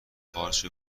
قارچ